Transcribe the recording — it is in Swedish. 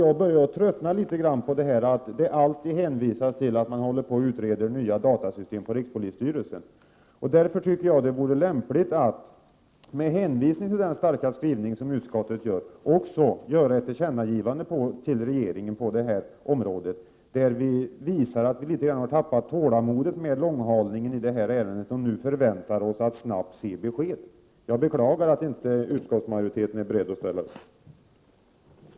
Jag börjar tröttna på att det alltid hänvisas till att man håller på att utreda nya datasystem på rikspolisstyrelsen. Det vore lämpligt att med hänvisning till den starka skrivning som utskottet gör också göra ett tillkännagivande till regeringen, där vi visar att vi börjat tappa tålamodet med långhalningen av ärendet och nu förväntar oss att snabbt få besked. Jag beklagar att utskottsmajoriteten inte är beredd att ställa upp på detta.